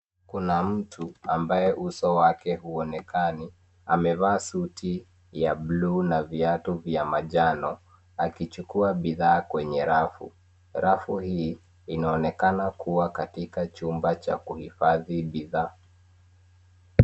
Kuna mtu ambaye uso wake huonekani amevaa suti ya bluu na viatu vya manjano akichukua vitu kwenye rafu. Rafu hii inaonekana kuwa katika chumba cha kuhifadhi bidhaa.